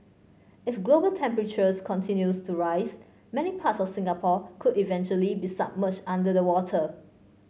if global temperatures continues to rise many parts of Singapore could eventually be submerged under the water